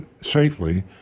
safely